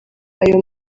ayo